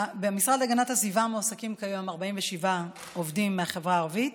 במשרד להגנת הסביבה מועסקים כיום 47 עובדים מהחברה הערבית.